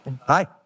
Hi